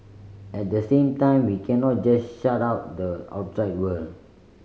at the same time we cannot just shut out the outside world